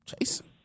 Jason